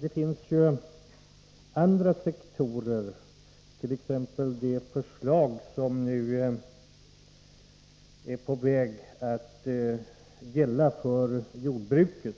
det finns även andra sektorer av vårt näringsliv. Vi kant.ex. se på det förslag som nu är på väg att förverkligas beträffande jordbruket.